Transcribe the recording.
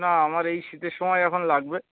না আমার এই শীতের সময় এখন লাগবে